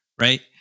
right